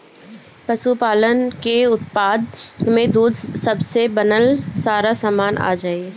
पशुपालन के उत्पाद में दूध से बनल सारा सामान आ जाई